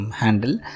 handle